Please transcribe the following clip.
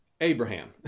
Abraham